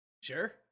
Sure